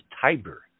Tiber